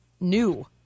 new